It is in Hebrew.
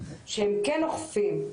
שהם כן אוכפים.